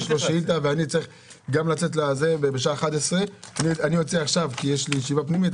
יש לו שאילתה ואני צריך גם לצאת בשעה 11:00. אני יוצא עכשיו כי יש לי ישיבה פנימית,